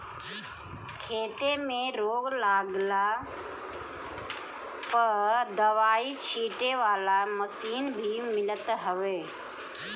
खेते में रोग लागला पअ दवाई छीटे वाला मशीन भी मिलत हवे